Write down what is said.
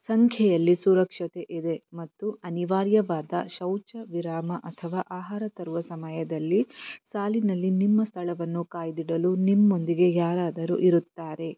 ಸಂಖ್ಯೆಯಲ್ಲಿ ಸುರಕ್ಷತೆ ಇದೆ ಮತ್ತು ಅನಿವಾರ್ಯವಾದ ಶೌಚ ವಿರಾಮ ಅಥವಾ ಆಹಾರ ತರುವ ಸಮಯದಲ್ಲಿ ಸಾಲಿನಲ್ಲಿ ನಿಮ್ಮ ಸ್ಥಳವನ್ನು ಕಾಯ್ದಿಡಲು ನಿಮ್ಮೊಂದಿಗೆ ಯಾರಾದರು ಇರುತ್ತಾರೆ